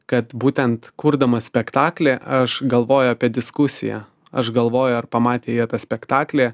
kad būtent kurdamas spektaklį aš galvoju apie diskusiją aš galvoju ar pamatę jie tą spektaklį